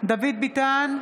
דוד ביטן,